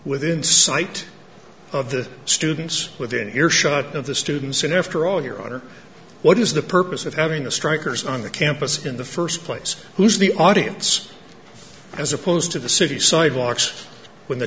within sight of the students within earshot of the students and after all your honor what is the purpose of having the strikers on the campus in the first place who's the audience as opposed to the city sidewalks when the